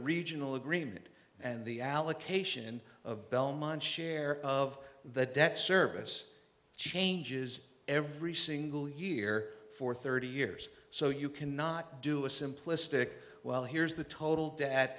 regional agreement and the allocation of belmont share of the debt service changes every single year for thirty years so you cannot do a simplistic well here's the total de